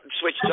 switch